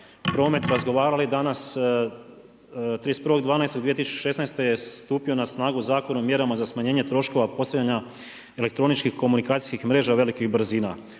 promet razgovarali danas 31.12.2016. je stupio na snagu Zakon o mjerama za smanjenje troškova postavljanja elektroničkih komunikacijskih mreža velikih brzina